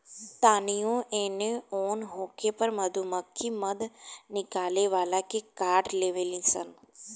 तानियो एने ओन होखे पर मधुमक्खी मध निकाले वाला के काट लेवे ली सन